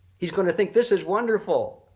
he's going to think this is wonderfull,